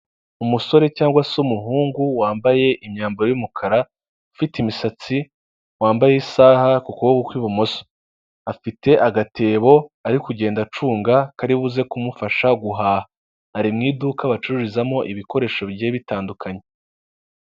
Umusore cyangwa se umuhungu wambaye imyambaro y'umukara ufite imisatsi wambaye isaha ku kuboko kw'ibumoso, afite agatebo ari kugenda acunga kari buze kumufasha guhaha. Ari mu iduka bacururizamo ibikoresho bigiye bitandukanye.